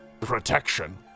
protection